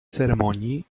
ceremonii